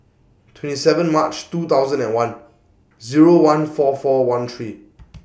twenty seven March two thousand and one Zero one four four one three